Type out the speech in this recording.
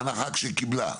בהנחה שהיא קיבלה,